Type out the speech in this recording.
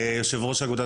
יושב ראש אגודת